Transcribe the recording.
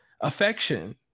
affection